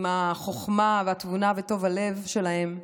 עם החוכמה והתבונה וטוב הלב שלהם.